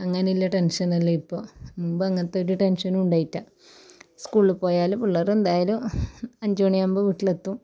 അങ്ങനെയുള്ള ടെൻഷനല്ലാ ഇപ്പോൾ മുമ്പ് അങ്ങനത്തെ ഒരു ടെൻഷനും ഉണ്ടായിറ്റ സ്കൂള് പോയാൽ പിള്ളറ് എന്തായാലും അഞ്ച് മണിയാവുമ്പോൾ വീട്ടിലെത്തും